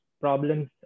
problems